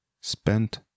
Spent